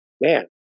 man